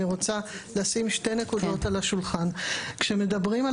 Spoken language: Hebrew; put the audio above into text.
אני רוצה לשים שתי נקודות על השולחן: כשמדברים על